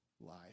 life